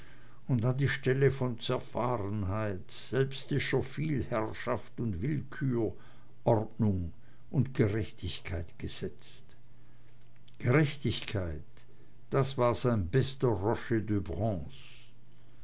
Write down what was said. und an die stelle von zerfahrenheit selbstischer vielherrschaft und willkür ordnung und gerechtigkeit gesetzt gerechtigkeit das war sein bester